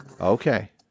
Okay